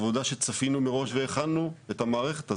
צפינו מראש את העבודה הזאת והכנו את המערכת הזאת,